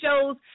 shows